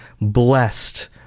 blessed